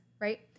right